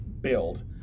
build